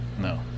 No